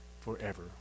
forever